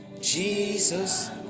Jesus